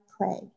pray